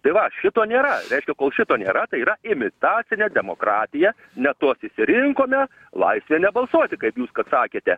tai va šito nėra reiškia kol šito nėra tai yra imitacinė demokratija ne tuos išsirinkome laisvė nebalsuosi kaip jūs kad sakėte